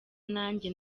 nanjye